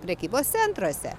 prekybos centruose